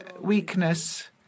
weakness